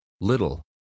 Little